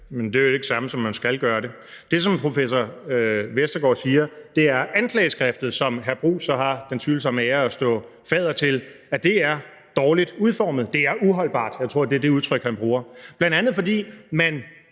Men det er jo ikke det samme som, at man skal gøre det. Det, som professor Jørn Vestergaard siger, er, at anklageskriftet, som hr. Jeppe Bruus så har den tvivlsomme ære af at stå fadder til, er dårligt udformet. Det er uholdbart – jeg tror, det er det udtryk, han bruger – bl.a. fordi man